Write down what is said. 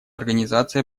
организация